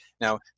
Now